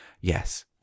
yes